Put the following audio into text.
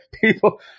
people